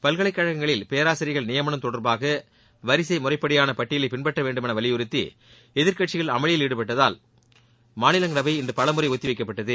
பல்கலைக்கழகங்களில் பேராசியா்கள் நியமனம் தொடர்பாக வரிசை முறைப்படியான பட்டியலை பின்பற்ற வேண்டுமென்று வலியுறுத்தி எதிர்க்கட்சிகள் அமளியில் ஈடுபட்டதால் மாநிலங்களவை இன்று பலமுறை ஒத்திவைக்கப்பட்டது